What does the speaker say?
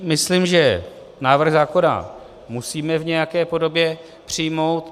Myslím, že návrh zákona musíme v nějaké podobě přijmout.